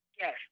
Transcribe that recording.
Yes